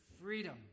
freedom